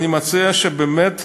אני מציע, באמת,